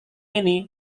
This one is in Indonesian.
ini